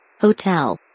Hotel